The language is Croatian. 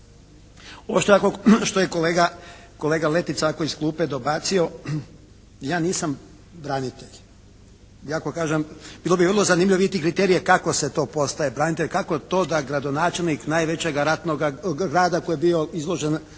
Ovo što je kolega Letica ovako iz klupe dobacio ja nisam branitelj i ako kažem bilo bi vrlo zanimljivo vidjeti kriterije kako se to postaje branitelj, kako to da gradonačelnik najvećega ratnoga grada koji je bio izložen